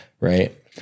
right